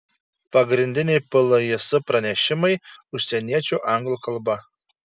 pagrindiniai pljs pranešimai užsieniečių anglų kalba